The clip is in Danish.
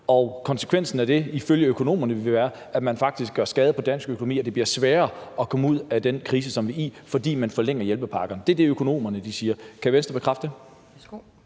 hjælpepakkerne ifølge økonomerne vil være, at man faktisk gør skade på dansk økonomi og det bliver sværere at komme ud af den krise, som vi er i? Det er det, økonomerne siger – kan Venstre bekræfte det?